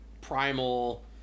primal